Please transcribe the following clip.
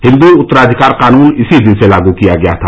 हिंदू उत्तराधिकार कानून इसी दिन से लागू किया गया था